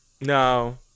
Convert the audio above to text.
No